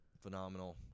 phenomenal